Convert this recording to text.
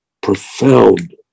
profound